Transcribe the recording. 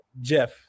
Jeff